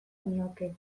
nioke